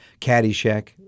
Caddyshack